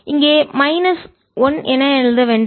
இங்கே மைனஸ் 1 என எழுத வேண்டாம்